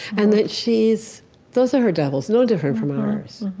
and that she's those are her devils, no different from ours.